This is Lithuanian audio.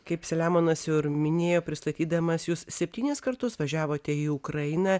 kaip selemonas jau ir minėjo pristatydamas jus septynis kartus važiavote į ukrainą